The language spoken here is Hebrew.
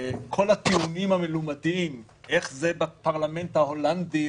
כל הטיעונים המלומדים איך זה בפרלמנט ההולנדי,